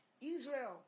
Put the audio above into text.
Israel